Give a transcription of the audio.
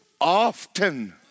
Often